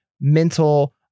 mental